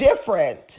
different